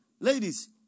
Ladies